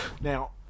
Now